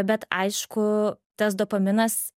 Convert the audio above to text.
bet aišku tas dopaminas